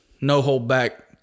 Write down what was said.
no-hold-back